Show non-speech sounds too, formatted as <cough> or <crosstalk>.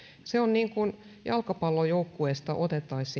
se on niin kuin jalkapallojoukkueesta otettaisiin <unintelligible>